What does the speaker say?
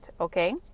okay